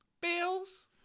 Bill's